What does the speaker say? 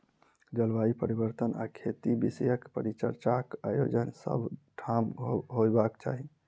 जलवायु परिवर्तन आ खेती विषयक परिचर्चाक आयोजन सभ ठाम होयबाक चाही